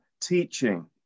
teaching